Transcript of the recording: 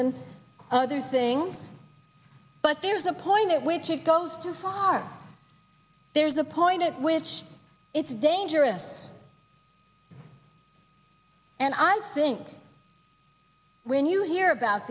and other things but there is a point at which it goes too far there's a point at which it's dangerous and i think when you hear about